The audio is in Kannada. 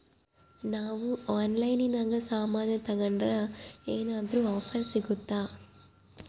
ನಾವು ಆನ್ಲೈನಿನಾಗ ಸಾಮಾನು ತಗಂಡ್ರ ಏನಾದ್ರೂ ಆಫರ್ ಸಿಗುತ್ತಾ?